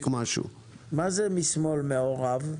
מה זה משמאל העמודה "מעורב"?